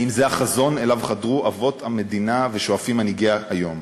האם זה החזון שאליו חתרו אבות המדינה ושואפים מנהיגיה היום?